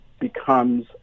becomes